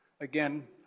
again